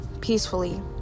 peacefully